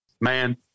Man